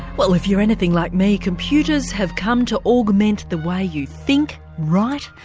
well if you're anything like me, computers have come to augment the way you think, write,